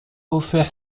offert